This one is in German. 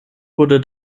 wurde